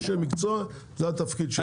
זה התפקיד שלהם.